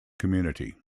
community